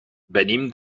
venim